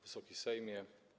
Wysoki Sejmie!